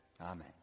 Amen